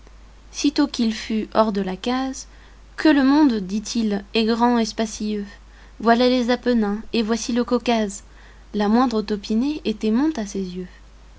sitôt qu'il fut hors de la case que le monde dit-il est grand et spacieux voilà les apennins et voici le caucase la moindre taupinée était mont à ses yeux